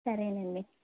సరేనండి